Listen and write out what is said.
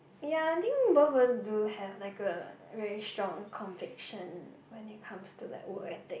ya I think both of us do have like a very strong conviction when it comes to like work ethic